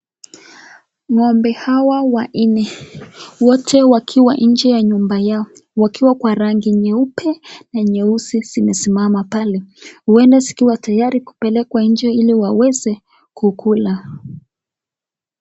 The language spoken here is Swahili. Ng'ombe hawa wanne wote wakiwa nje ya nyumba yao wakiwa kwa rangi nyeupe na nyeusi zimesimama pale, huenda zikiwa tayari kupelekwa nje ili waweze kukula.